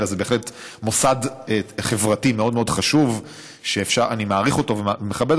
אלא זה בהחלט מוסד חברתי מאוד מאוד חשוב שאני מעריך ומכבד.